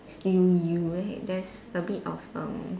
still you eh that's a bit of erm